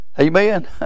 Amen